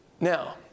Now